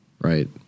right